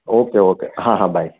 okay okay હા હા by